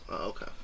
Okay